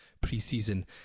pre-season